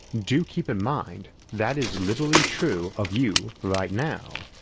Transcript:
do keep in mind that is literally true of you right now.